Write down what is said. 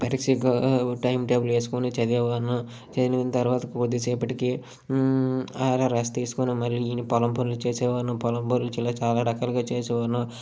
బెరిసిగ్గు time table వేసుకుని చదివేవాళ్ళం చదివిన తర్వాత కొద్దిసేపటికి అలా రెస్ట్ తీసుకొని మరి పొలం పనులు చేసేవాళ్ళం పొలం పనులలో చాలా రకాలు చేసేవాళ్ళం